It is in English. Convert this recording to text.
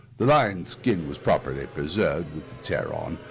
the lion's skin was properly preserved, with its hair on,